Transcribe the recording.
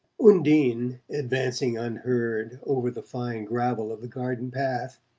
undine, advancing unheard over the fine gravel of the garden path,